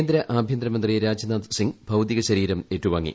കേന്ദ്ര ആഭ്യന്തരമൃത്രീ രാജ്നാഥ് സിംഗ് ഭൌതികശരീരം ഏറ്റുവാങ്ങി